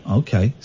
okay